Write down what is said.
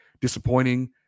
disappointing